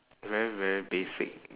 very very basic